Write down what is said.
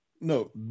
No